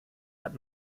hat